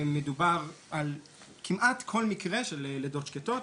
מהסיבות הללו אנחנו נתקלים בבעיה ברוב המקרים של הלידות השקטות.